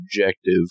objective